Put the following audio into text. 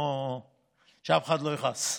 שאף אחד לא יכעס.